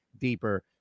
deeper